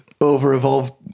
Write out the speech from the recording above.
over-evolved